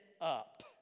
up